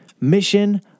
Mission